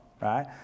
right